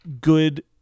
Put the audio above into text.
good